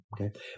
okay